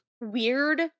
weird